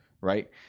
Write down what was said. right